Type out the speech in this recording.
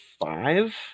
five